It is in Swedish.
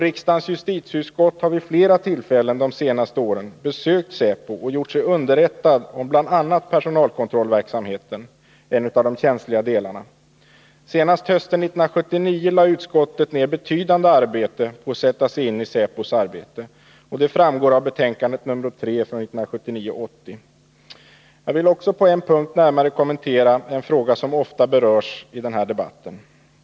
Riksdagens justitieutskott har vid flera tillfällen under de senaste åren besökt säkerhetspolisen och gjort sig underrättat om bl.a. personalkontrollverksamheten, en av de känsliga delarna. Senast hösten 1979 lade utskottet ned betydande arbete på att sätta sig in i säkerhetspolisens verksamhet. Det framgår av betänkandet nr 3 från 1979/80. Jag vill också på en punkt närmare kommentera en fråga som ofta berörs i denna debatt.